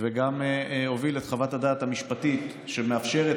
וגם הוביל את חוות הדעת המשפטית שמאפשרת